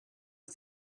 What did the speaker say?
who